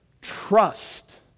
Trust